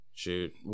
shoot